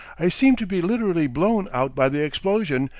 i seemed to be literally blown out by the explosion,